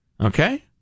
Okay